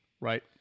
right